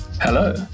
Hello